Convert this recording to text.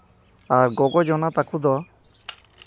ᱟᱨ ᱜᱚᱜᱚ ᱡᱚᱱᱟ ᱛᱟᱠᱚ ᱫᱚ